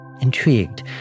intrigued